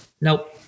Nope